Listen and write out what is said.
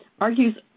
argues